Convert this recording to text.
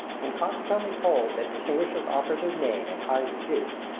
and consequently hold that distinguished officer's name in high repute.